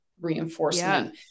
reinforcement